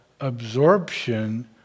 absorption